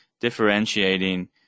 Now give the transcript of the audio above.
differentiating